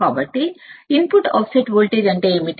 కాబట్టి input offset voltage అంటే ఏమిటి